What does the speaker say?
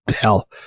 hell